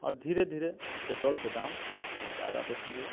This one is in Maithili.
आओर धीरे धीरे पेट्रोलके दाम बहुत आगा बढ़ि गेलैया